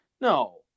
No